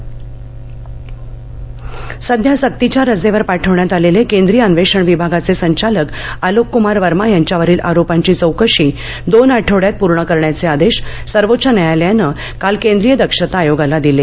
CBI सध्या सक्तीच्या रजेवर पाठवण्यात आलेले केंद्रीय अन्वेषण विभागाचे संचालक अलोकक्मार वर्मा यांच्यावरील आरोपांची चौकशी दोन आठवड्यात पूर्ण करण्याचे आदेश सर्वोच्च न्यायालयानं काल केंद्रीय दक्षता आयोगाला दिले